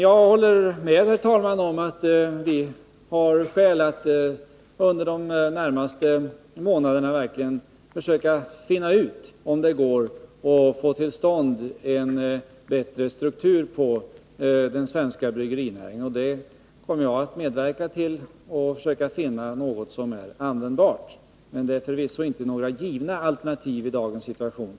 Jag håller med om, herr talman, att vi har att under de närmaste månaderna verkligen försöka finna ut, om det går att få till stånd en bättre struktur på den svenska bryggerinäringen. Det kommer jag att medverka till och försöka finna något som är användbart. Men det finns förvisso inte några givna alternativ i dagens situation.